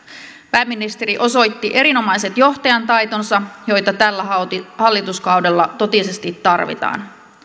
pääministeri osoitti erinomaiset johtajantaitonsa joita tällä hallituskaudella totisesti tarvitaan